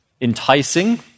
enticing